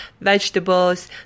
vegetables